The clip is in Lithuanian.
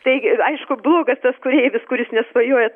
taigi aišku blogas tas kureivis kuris nesvajoja